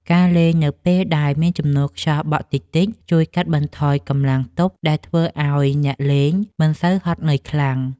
ការលេងនៅពេលដែលមានជំនោរខ្យល់បក់តិចៗ ជួយកាត់បន្ថយកម្លាំងទប់ដែលធ្វើឱ្យអ្នកលេងមិនសូវហត់នឿយខ្លាំង។